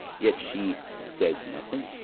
yet she says nothing.